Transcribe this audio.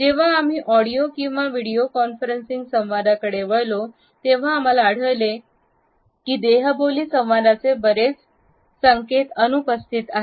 जेव्हा आम्ही ऑडिओ किंवा व्हिडिओ कॉन्फरन्सिंग संवादकडे वळलो तेव्हा आम्हाला आढळले की देहबोली संवादाचे बरेच संकेत अनुपस्थित आहेत